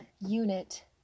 unit